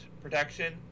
protection